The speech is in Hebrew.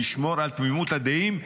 נשמור על תמימות דעים,